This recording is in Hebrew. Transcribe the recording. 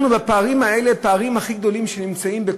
אנחנו בפערים האלה אלה הפערים הכי גדולים שקיימים,